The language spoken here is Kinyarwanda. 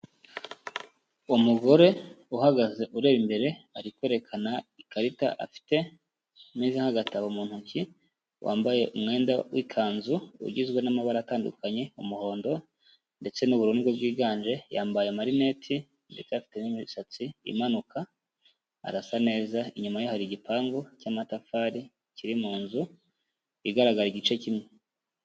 Umugore uhagaze ureba imbere ari kwerekana ikarita afite, imeze nk'agatabo mu ntoki, wambaye umwenda w'ikanzu ugizwe n'amabara atandukanye, umuhondo ndetse n'ubururu nibwo bwiganje, yambaye amarineti ndetse afite n'imisatsi imanuka arasa neza, inyuma ye hari igipangu cy'amatafari kiri mu nzu igaragara igice kimwe.